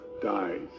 dies